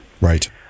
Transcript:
Right